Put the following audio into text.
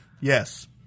Yes